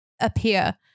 appear